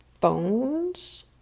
phones